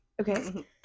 Okay